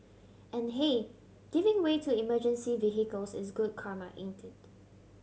and hey giving way to emergency vehicles is good karma ain't it